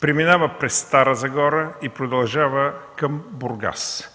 преминава през Стара Загора и продължава към Бургас.